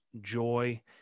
joy